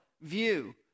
view